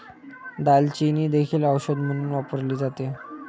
दालचिनी देखील औषध म्हणून वापरली जाते